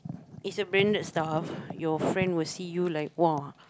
is a branded stuff your friend will see you like !woah!